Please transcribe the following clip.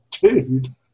dude